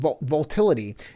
Volatility